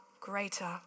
greater